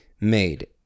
made